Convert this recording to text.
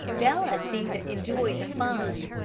bella seem to enjoy the fun.